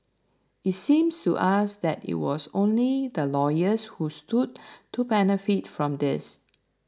it seems to us that it was only the lawyers who stood to benefit from this